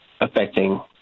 affecting